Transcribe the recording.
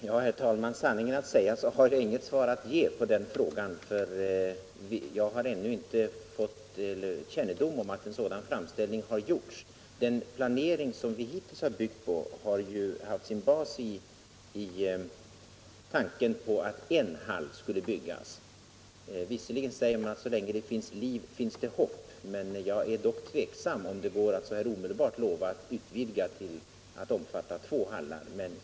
Herr talman! Sanningen att säga har jag inget svar att ge på den frågan, för jag har ännu inte fått kännedom om att en sådan framställning har gjorts. Den hittillsvarande planeringen har ju byggt på tanken att en 'hall skulle byggas. Visserligen säger man att så länge det finns liv finns det hopp, men jag är tveksam om det går att så här omedelbart utvidga planerna till att omfatta två hallar.